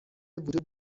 وجود